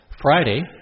Friday